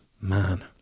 man